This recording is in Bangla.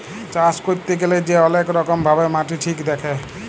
চাষ ক্যইরতে গ্যালে যে অলেক রকম ভাবে মাটি ঠিক দ্যাখে